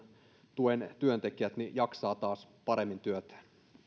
työntekijät jaksavat taas paremmin työtään